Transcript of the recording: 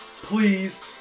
please